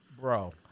Bro